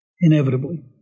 inevitably